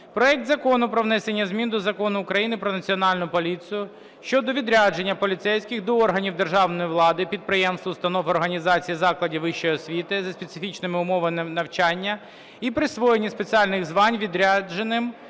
проект Закону про внесення змін до Закону України "Про Національну поліцію" (щодо відрядження поліцейських до органів державної влади, підприємств, установ, організацій, закладів вищої освіти зі специфічними умовами навчання і присвоєння спеціальних звань відрядженим